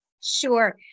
Sure